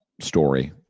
story